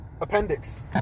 Appendix